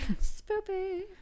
Spooky